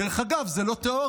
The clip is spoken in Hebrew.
דרך אגב, זו לא תיאוריה.